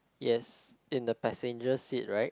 yes in the passenger seat right